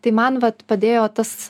tai man vat padėjo tas